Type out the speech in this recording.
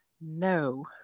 No